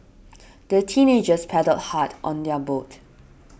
the teenagers paddled hard on their boat